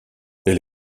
elle